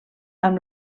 amb